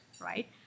right